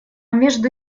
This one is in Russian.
между